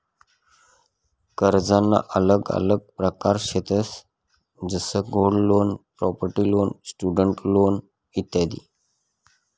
कर्जना आल्लग आल्लग प्रकार शेतंस जसं gold loan, property loan, student loan इत्यादी